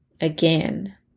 again